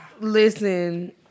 Listen